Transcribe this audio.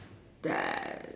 that